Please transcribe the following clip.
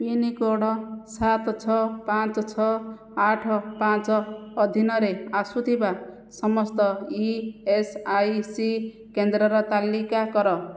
pin code ସାତ ଛଅ ପାଞ୍ଚ ଛଅ ଆଠ ପାଞ୍ଚ ଅଧୀନରେ ଆସୁଥିବା ସମସ୍ତ ଇ ଏସ୍ ଆଇ ସି କେନ୍ଦ୍ରର ତାଲିକା କର